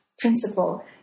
principle